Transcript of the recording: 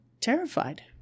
terrified